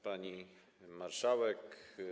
Pani Marszałek!